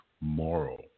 moral